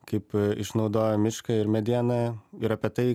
kaip išnaudojo mišką ir medieną ir apie tai